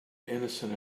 innocent